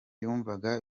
yumvaga